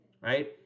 right